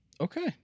Okay